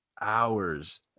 hours